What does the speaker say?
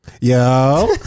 Yo